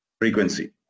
frequency